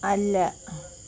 അല്ല